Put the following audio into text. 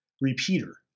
repeater